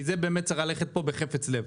כי זה באמת צריך ללכת פה בחפץ לב.